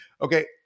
Okay